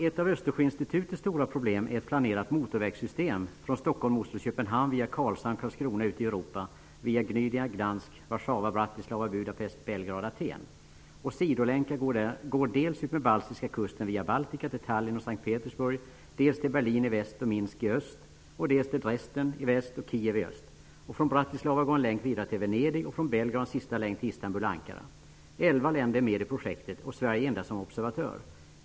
Ett av Östersjöinstitutets stora program är ett planerat motorvägssystem från Bratislava går en länk vidare till Venedig, och från Belgrad går en sista länk till Istanbul och Ankara. Elva länder är med i projektet. Sverige är endast med som observatör.